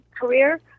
career